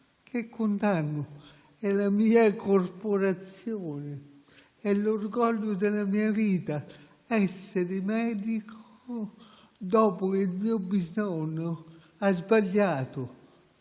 che condanno - è la mia corporazione, è l'orgoglio della mia vita essere medico dopo il mio bisnonno - ha sbagliato.